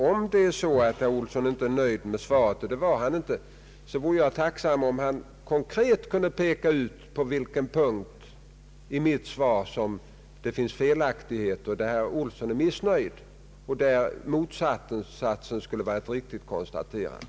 Om herr Olsson inte är nöjd med svaret — och det var han inte — vore jag tacksam om herr Olsson konkret kunde peka ut på vilken punkt i mitt svar som felaktigheter förekommer, där herr Olsson är missnöjd och där motsatsen mot vad som står i svaret skulle vara ett riktigt konstaterande.